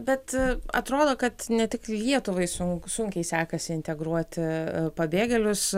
bet atrodo kad ne tik lietuvai sunku sunkiai sekasi integruoti pabėgėlius